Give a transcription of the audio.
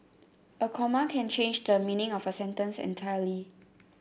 a comma can change the meaning of a sentence entirely